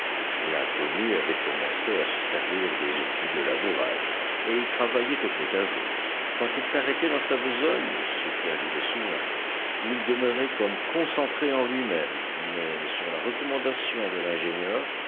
l'inconnu avait commencé à se servir des outils de labourage et il travaillait au potager quand il s'arrêtait dans sa besogne ce qui arrivait souvent il demeurait comme concentré en lui-même mais sur la recommandation de l'ingénieur